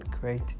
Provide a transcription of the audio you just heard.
great